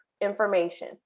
information